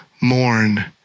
mourn